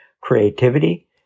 creativity